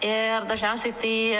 ir dažniausiai tai